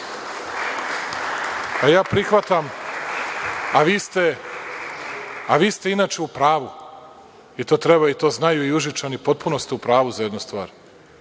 prihvatam, vi ste inače u pravu, i to treba i to znaju i Užičani, potpuno ste u pravu za jednu stvar.